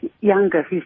younger